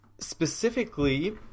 specifically